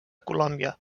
colòmbia